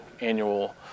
annual